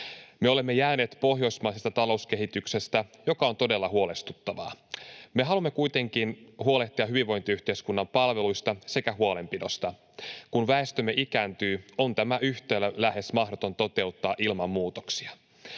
Me olemme jääneet pohjoismaisesta talouskehityksestä, mikä on todella huolestuttavaa. Me haluamme kuitenkin huolehtia hyvinvointiyhteiskunnan palveluista sekä huolenpidosta. Kun väestömme ikääntyy, on tämä yhtälö lähes mahdoton toteuttaa ilman muutoksia.